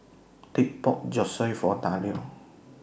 Dick bought Zosui For Dario